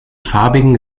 farbigen